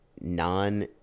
non